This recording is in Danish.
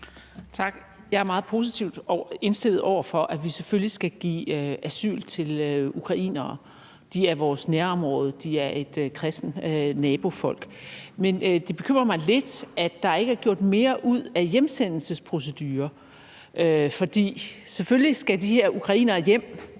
Tak. Jeg er meget positivt indstillet over for, at vi selvfølgelig skal give asyl til ukrainere; de er vores nærområde, de er et kristent nabofolk. Men det bekymrer mig lidt, at der ikke er gjort mere ud af hjemsendelsesprocedurer. For selvfølgelig skal de her ukrainere hjem